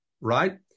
Right